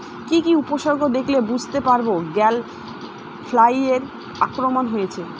কি কি উপসর্গ দেখলে বুঝতে পারব গ্যাল ফ্লাইয়ের আক্রমণ হয়েছে?